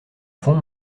fonds